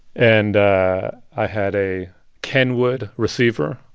and i had a kenwood receiver.